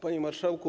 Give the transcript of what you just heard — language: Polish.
Panie Marszałku!